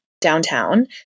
downtown